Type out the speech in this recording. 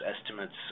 estimates